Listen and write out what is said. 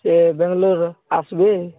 ସେ ବେଙ୍ଗାଲୁରୁ ଆସିବେ